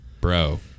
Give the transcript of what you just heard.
bro